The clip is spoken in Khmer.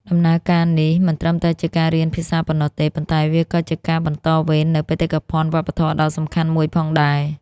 ដំណើរការនេះមិនត្រឹមតែជាការរៀនភាសាប៉ុណ្ណោះទេ ប៉ុន្តែវាក៏ជាការបន្តវេននូវបេតិកភណ្ឌវប្បធម៌ដ៏សំខាន់មួយផងដែរ។